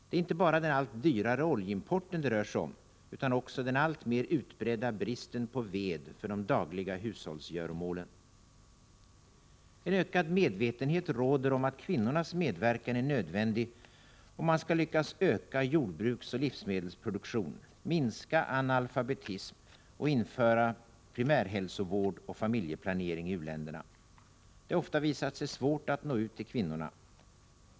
Det är inte bara den allt dyrare oljeimporten det rör sig om utan också om den alltmer utbredda bristen på ved för de dagliga hushållsgöromålen. En ökad medvetenhet råder om att kvinnornas medverkan är nödvändig, om man skall lyckas öka jordbruksoch livsmedelsproduktion, minska analfabetism och införa primärhälsovård och familjeplanering i u-länderna. Det har ofta visat sig svårt att nå ut till kvinnorna.